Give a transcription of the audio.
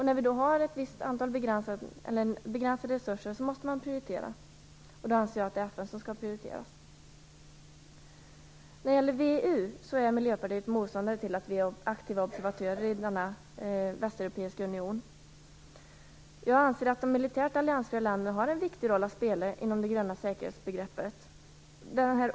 När vi nu har begränsade resurser måste vi prioritera, och då anser jag att det är FN som skall prioriteras. När det gäller VEU är Miljöpartiet motståndare till att vi är aktiva observatörer i denna västeuropeiska union. Jag anser att de militärt alliansfria länderna har en viktig roll att spela inom det gröna säkerhetsbegreppet.